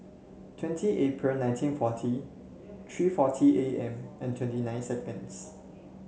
twenty April nineteen forty three forty A M and twenty nine seconds